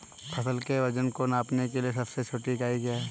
फसल के वजन को नापने के लिए सबसे छोटी इकाई क्या है?